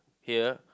here